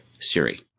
Siri